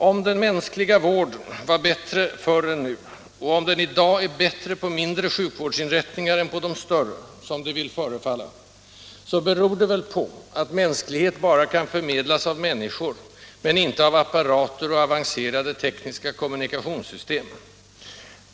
Om den mänskliga vården var bättre förr än nu — och om den i dag är bättre på mindre sjukvårdsinrättningar än på större, som det vill förefalla — så beror det väl på att mänsklighet bara kan förmedlas av människor, men inte av apparater och avancerade tekniska kommunikationssystem.